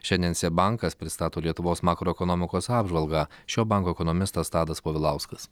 šiandien seb bankas pristato lietuvos makroekonomikos apžvalgą šio banko ekonomistas tadas povilauskas